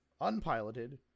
Unpiloted